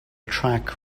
track